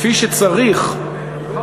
כפי שצריך,